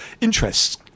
interests